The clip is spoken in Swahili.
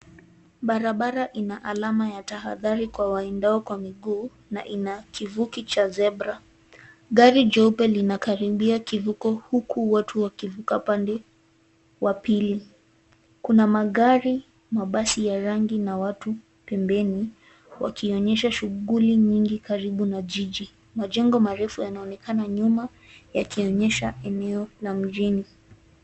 Barabara ina alama ya tahadhari kwa waendao kwa miguu na ina kivuki cha zebra. Gari jeupe linakaribia kivuko huku watu wakivuka pande wa pili. Kuna magari, mabasi ya rangi na watu pembeni wakionyesha shughuli nyingi karibu na jiji. Majengo marefu yanaonekana nyuma yakionyesha eneo la mjini.